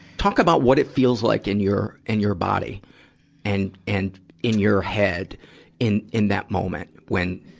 talk about what it feels like in your, in your body and, and in your head in, in that moment when,